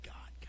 God